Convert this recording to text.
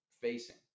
facing